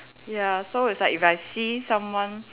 ya so it's like if I see someone